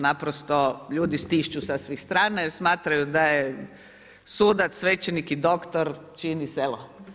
Naprosto ljudi stišću sa svih strana jer smatraju da sudac, svećenik i doktor čini selo.